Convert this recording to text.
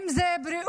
אם זה בריאות,